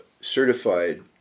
certified